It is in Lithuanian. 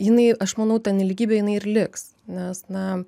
jinai aš manau ta nelygybė jinai ir liks nes na